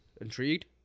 intrigued